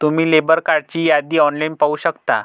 तुम्ही लेबर कार्डची यादी ऑनलाइन पाहू शकता